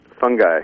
fungi